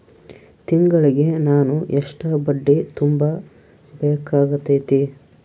ತಿಂಗಳಿಗೆ ನಾನು ಎಷ್ಟ ಬಡ್ಡಿ ತುಂಬಾ ಬೇಕಾಗತೈತಿ?